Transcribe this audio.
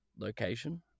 location